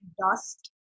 Dust